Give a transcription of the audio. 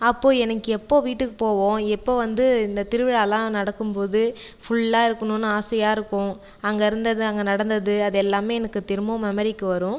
அப்போது எனக்கு எப்போது வீட்டுக்கு போவோம் எப்போது வந்து இந்த திருவிழாலாம் நடக்கும்போது ஃபுல்லாக இருக்கணுனு ஆசையாயிருக்கும் அங்கே இருந்தது அங்கே நடந்தது அது எல்லாமே எனக்கு திரும்ப மெமரிக்கு வரும்